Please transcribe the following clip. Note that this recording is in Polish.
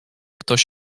ktoś